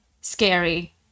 scary